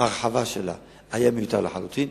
ההרחבה שלה היתה מיותרת לחלוטין.